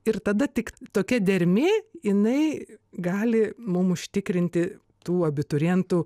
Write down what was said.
ir tada tik tokia dermė jinai gali mum užtikrinti tų abiturientų